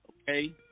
Okay